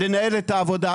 לנהל את העבודה,